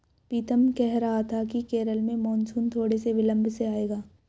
पीतम कह रहा था कि केरल में मॉनसून थोड़े से विलंब से आएगा